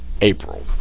April